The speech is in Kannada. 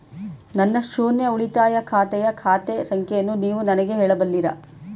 ನನ್ನ ಶೂನ್ಯ ಉಳಿತಾಯ ಖಾತೆಯ ಖಾತೆ ಸಂಖ್ಯೆಯನ್ನು ನೀವು ನನಗೆ ಹೇಳಬಲ್ಲಿರಾ?